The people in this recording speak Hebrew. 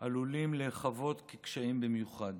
עלולים להיחוות כקשים במיוחד.